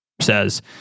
says